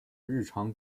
日常